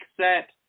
set